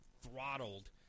throttled –